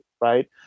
right